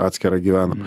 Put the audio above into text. atskirą gyvenam